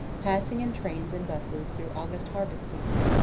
pass ing in trains and busses through august harvest scenes,